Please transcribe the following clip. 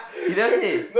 you never say